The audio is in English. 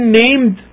named